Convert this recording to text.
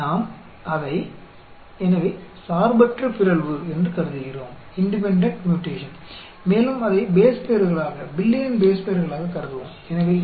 इसलिए हम इसे स्वतंत्र म्यूटेशन के रूप में मानते हैं और हम इसे बेस पेयर अरब जोड़ी के रूप में मानेंगे